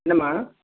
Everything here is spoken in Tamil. என்னம்மா